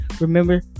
Remember